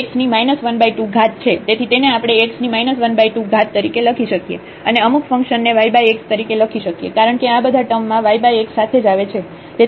તેથી તેને આપણે x 12 તરીકે લખી શકીએ અને અમુક ફંક્શન ને yx તરીકે લખી શકીએ કારણ કે આ બધા ટર્મ માં yx સાથે જ આવે છે